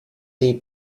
nei